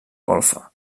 golfa